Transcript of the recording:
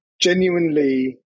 genuinely